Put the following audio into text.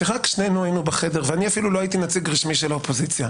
כשרק שנינו היינו בחדר ואני אפילו לא הייתי נציג רשמי של האופוזיציה,